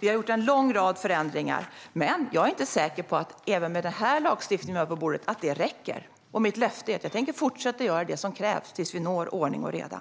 Vi har gjort en lång rad förändringar. Men även med den lagstiftning vi har på bordet är jag inte säker på att det räcker. Mitt löfte är att jag tänker fortsätta göra det som krävs tills vi når ordning och reda.